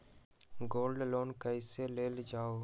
Gold loan कईसे लेल जाहु?